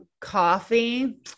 coffee